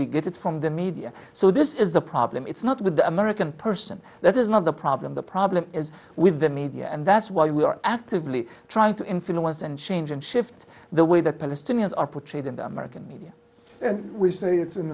we get it from the media so this is the problem it's not with the american person that is not the problem the problem is with the media and that's why we are actively trying to influence and change and shift the way the palestinians are portrayed in the american media we see it's